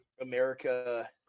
America